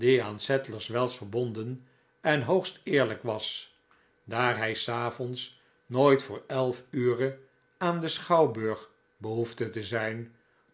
aan sadlers wells verbonden en hoogst eerlijk was daar hij s avonds nooit voor elf ure aan den schouwburg behoefde te zijn